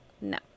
no